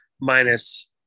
minus